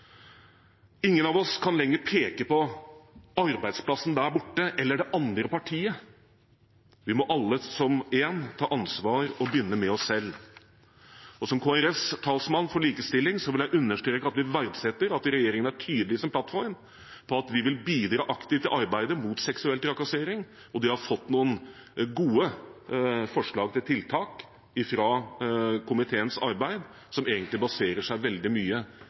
Ingen av oss kan lenger peke på arbeidsplassen der borte eller på det andre partiet, vi må alle som én ta ansvar og begynne med oss selv. Som Kristelig Folkepartis talsmann for likestilling vil jeg understreke at vi verdsetter at regjeringen i sin plattform er tydelig på at de vil bidra aktivt i arbeidet mot seksuell trakassering. De har fått noen gode forslag til tiltak fra komiteens arbeid som egentlig baserer seg veldig mye